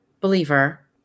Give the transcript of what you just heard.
believer